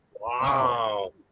wow